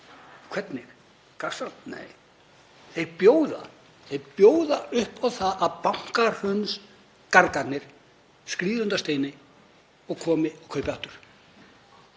Hvernig? Gagnsæi? Nei, þeir bjóða upp á það að bankahrunsgargarnir skríði undan steini og komi og kaupi aftur.